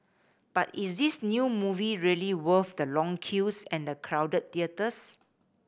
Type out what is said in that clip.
but is this new movie really worth the long queues and the crowded theatres